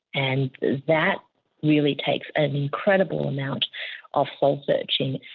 and that really takes an incredible amount of soul-searching.